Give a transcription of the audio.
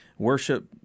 Worship